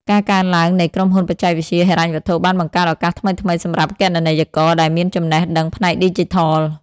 ការកើនឡើងនៃក្រុមហ៊ុនបច្ចេកវិទ្យាហិរញ្ញវត្ថុ បានបង្កើតឱកាសថ្មីៗសម្រាប់គណនេយ្យករដែលមានចំណេះដឹងផ្នែកឌីជីថល។